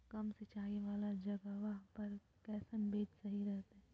कम सिंचाई वाला जगहवा पर कैसन बीज सही रहते?